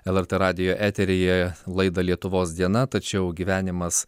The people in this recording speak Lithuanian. lrt radijo eteryje laidą lietuvos diena tačiau gyvenimas